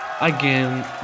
again